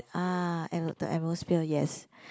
ah at~ the atmosphere yes